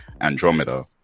Andromeda